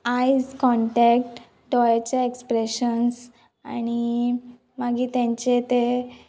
आयज कॉन्टेक्ट दोळ्याचे एक्सप्रेशन्स आणी मागीर तेंचे ते